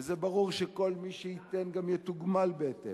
וזה ברור שכל מי שייתן גם יתוגמל בהתאם.